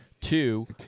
Two